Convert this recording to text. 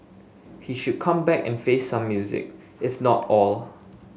he should come back and face some music if not all